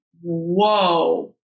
whoa